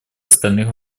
остальных